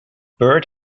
bird